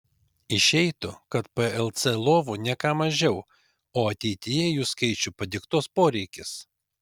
išeitų kad plc lovų ne ką mažiau o ateityje jų skaičių padiktuos poreikis